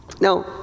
Now